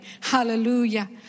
Hallelujah